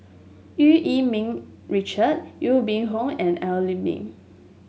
Eu Yee Ming Richard Aw Boon Haw and Al Lim Boon